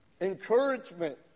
encouragement